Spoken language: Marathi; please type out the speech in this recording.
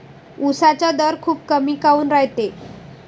उसाचा दर खूप कमी काऊन रायते?